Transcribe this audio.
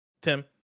tim